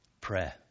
prayer